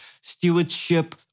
stewardship